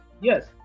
Yes